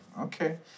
Okay